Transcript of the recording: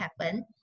happen